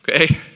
Okay